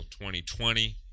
2020